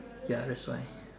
ya that's why